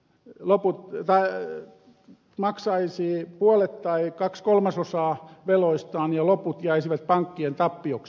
naputti väelle maksaisi maksaa puolet tai kaksi kolmasosaa veloistaan ja loput jäisivät pankkien tappioksi